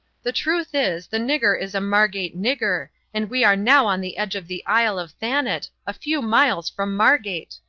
the truth is, the nigger is a margate nigger, and we are now on the edge of the isle of thanet, a few miles from margate.